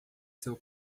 seu